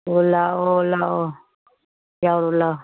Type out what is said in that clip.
ꯑꯣ ꯂꯥꯛꯑꯣ ꯂꯥꯛꯑꯣ ꯌꯥꯎꯔꯨ ꯂꯥꯛꯑꯣ